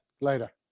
Later